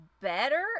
better